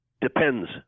depends